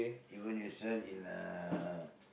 even if you sell in uh